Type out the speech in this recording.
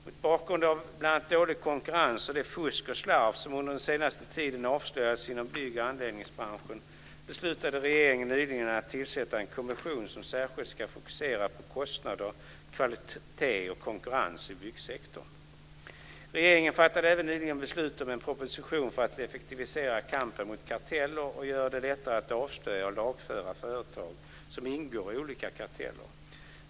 Mot bakgrund av bl.a. dålig konkurrens och det fusk och slarv som under den senaste tiden avslöjats inom bygg och anläggningsbranschen beslutade regeringen nyligen att tillsätta en kommission som särskilt ska fokusera på kostnader, kvalitet och konkurrens i byggsektorn. Regeringen fattade även nyligen beslut om en proposition för att effektivisera kampen mot karteller och göra det lättare att avslöja och lagföra företag som ingår i olagliga karteller.